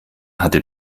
hatte